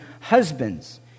husbands